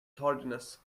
tardiness